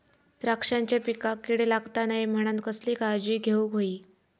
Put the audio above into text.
द्राक्षांच्या पिकांक कीड लागता नये म्हणान कसली काळजी घेऊक होई?